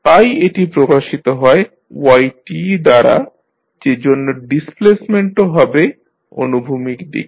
তাই এটি প্রকাশিত হয় y দ্বারা যেজন্য ডিসপ্লেসমেন্টও হবে অনুভূমিক দিকে